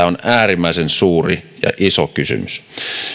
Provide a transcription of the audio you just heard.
on äärimmäisen suuri ja iso kysymys